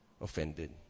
offended